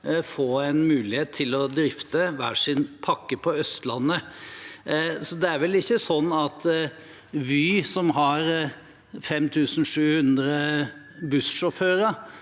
få en mulighet til å drifte hver sin pakke på Østlandet. Så det er vel ikke sånn at Vy, som har 5 700 bussjåfører